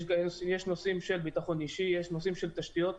יש נושאים של ביטחון אישי, יש נושאים של תשתיות.